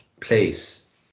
place